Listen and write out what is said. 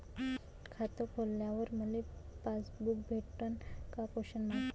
खातं खोलल्यावर मले पासबुक भेटन का?